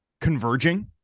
converging